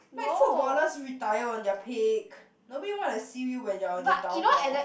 like footballers retire on their peak nobody want to see you when you are on your downfall